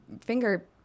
finger